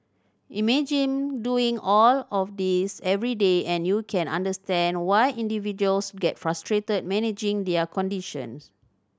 imagine doing all of this every day and you can understand why individuals get frustrated managing their conditions